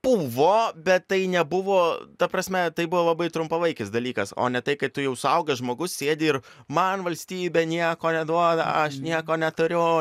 buvo bet tai nebuvo ta prasme tai buvo labai trumpalaikis dalykas o ne tai kai tu jau suaugęs žmogus sėdi ir man valstybė nieko neduoda aš nieko neturiu